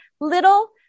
little